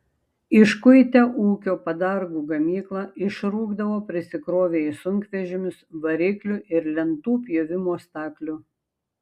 iškuitę ūkio padargų gamyklą išrūkdavo prisikrovę į sunkvežimius variklių ir lentų pjovimo staklių